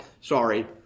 Sorry